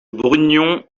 brugnon